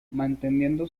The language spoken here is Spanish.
manteniendo